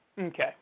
Okay